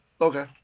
Okay